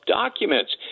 documents